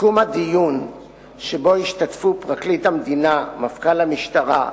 בדיון השתתפו פרקליט המדינה, מנכ"ל המשטרה,